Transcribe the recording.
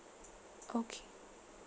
okay